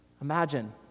Imagine